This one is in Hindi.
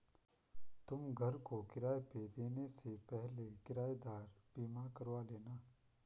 तुम घर को किराए पे देने से पहले किरायेदार बीमा करवा लेना